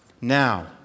Now